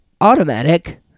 automatic